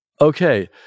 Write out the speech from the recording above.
okay